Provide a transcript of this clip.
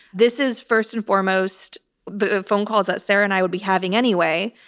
this is first and foremost the phone calls that sarah and i will be having anyway,